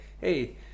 hey